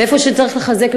איפה שצריך לחזק,